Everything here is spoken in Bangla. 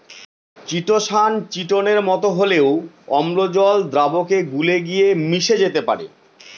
চিটোসান চিটোনের মতো হলেও অম্ল জল দ্রাবকে গুলে গিয়ে মিশে যেতে পারে